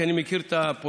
כי אני מכיר את הפונה,